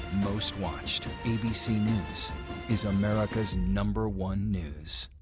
most watched. abc news is america's number one news.